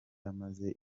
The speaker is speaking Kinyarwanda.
amaze